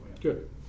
Good